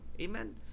amen